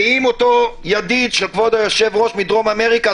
ואם אותו ידיד של כבוד היושב-ראש הוא מדרום אמריקה,